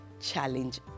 challenge